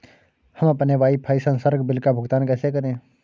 हम अपने वाईफाई संसर्ग बिल का भुगतान कैसे करें?